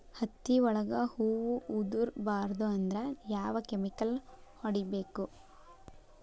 ಹತ್ತಿ ಒಳಗ ಹೂವು ಉದುರ್ ಬಾರದು ಅಂದ್ರ ಯಾವ ಕೆಮಿಕಲ್ ಹೊಡಿಬೇಕು?